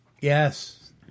Yes